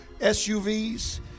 SUVs